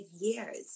years